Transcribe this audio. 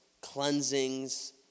cleansings